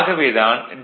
ஆகவே தான் டி